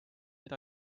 neid